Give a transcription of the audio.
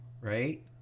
right